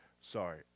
Sorry